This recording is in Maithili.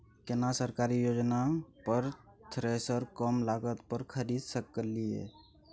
केना सरकारी योजना पर थ्रेसर कम लागत पर खरीद सकलिए?